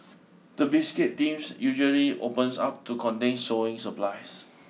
the biscuit tins usually opens up to contain sowing supplies